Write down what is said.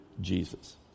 Jesus